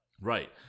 Right